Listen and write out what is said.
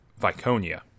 viconia